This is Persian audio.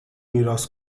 میراث